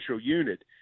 unit